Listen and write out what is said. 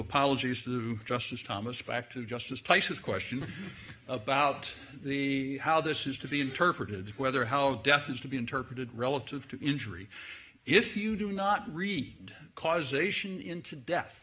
apologies to justice thomas back to justice tice's question about the how this is to be interpreted whether how death is to be interpreted relative to injury if you do not read causation into death